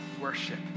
Worship